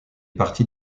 parties